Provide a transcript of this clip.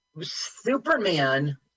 Superman